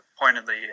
pointedly